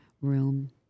room